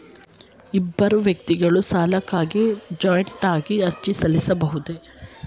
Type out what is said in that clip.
ಇಬ್ಬರು ವ್ಯಕ್ತಿಗಳು ಸಾಲಕ್ಕಾಗಿ ಜಂಟಿಯಾಗಿ ಅರ್ಜಿ ಸಲ್ಲಿಸಬಹುದೇ?